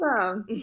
Awesome